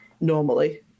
normally